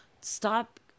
stop